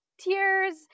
tears